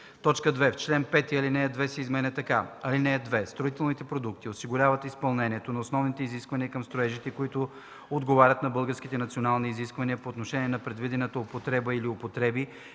2. В чл. 5 ал. 2 се изменя така: „(2) Строителните продукти осигуряват изпълнението на основните изисквания към строежите, когато отговарят на българските национални изисквания по отношение на предвидената употреба или употреби